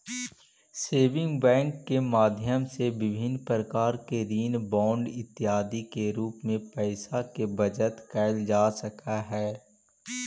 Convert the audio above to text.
saving bank के माध्यम से विभिन्न प्रकार के ऋण बांड इत्यादि के रूप में पैइसा के बचत कैल जा सकऽ हइ